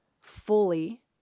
fully